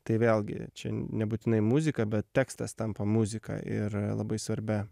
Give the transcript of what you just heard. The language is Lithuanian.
tai vėlgi čia nebūtinai muzika bet tekstas tampa muzika ir labai svarbia